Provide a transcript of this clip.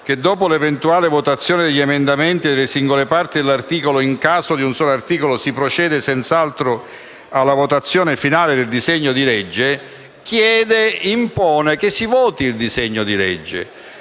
che «dopo l'eventuale votazione degli emendamenti e delle singole parti dell'articolo» - nel caso di un disegno di legge di un solo articolo - «si procede senz'altro alla votazione finale del disegno di legge», impone che si voti il disegno di legge.